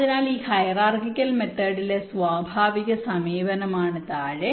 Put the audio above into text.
അതിനാൽ ഈ ഹൈറാർക്കിക്കൽ മെത്തേഡിലെ സ്വാഭാവിക സമീപനമാണ് താഴെ